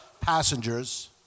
passengers